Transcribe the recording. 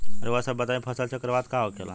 रउआ सभ बताई फसल चक्रवात का होखेला?